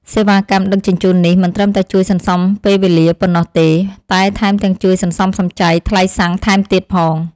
សេវាកម្មដឹកជញ្ជូននេះមិនត្រឹមតែជួយសន្សំពេលវេលាប៉ុណ្ណោះទេ តែថែមទាំងជួយសន្សំសំចៃថ្លៃសាំងថែមទៀតផង។